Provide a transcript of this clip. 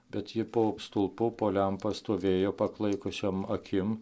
bet ji po stulpu po lempa stovėjo paklaikusiom akim